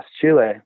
Chile